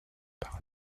par